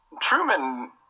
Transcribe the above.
Truman